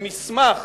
במסמך